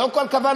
זו כל כוונתי.